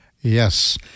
Yes